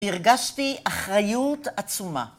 הרגשתי אחריות עצומה.